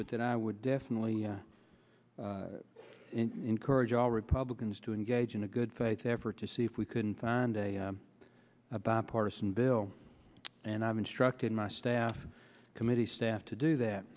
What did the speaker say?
but that i would definitely encourage all republicans to engage in a good faith effort to see if we couldn't find a about a partisan bill and i've instructed my staff committee staff to do that